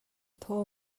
thaw